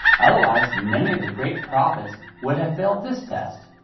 otherwise many of the great prophets would have failed this test.